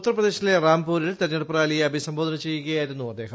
ഉത്തർപ്രദേശിലെ റാം പൂരിൽ തെരഞ്ഞെടുപ്പ് റാലിയെ അഭിസംബോധന ചെയ്യുകയായിരുന്നു അദ്ദേഹം